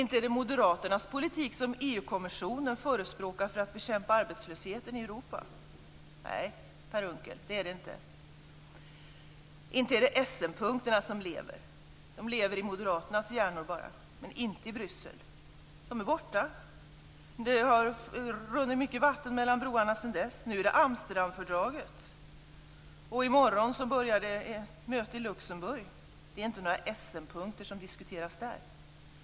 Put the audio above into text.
Inte är det Moderaternas politik som EU kommissionen förespråkar för att bekämpa arbetslösheten i Europa. Nej, Per Unckel, det är det inte. Inte är det Essenpunkterna som lever. De lever bara i Moderaternas hjärnor, men inte i Bryssel. De är borta. Det har runnit mycket vatten under broarna sedan dess. Nu är det Amsterdamfördraget, och i morgon börjar ett möte i Luxemburg. Det är inte några Essenpunkter som diskuteras där.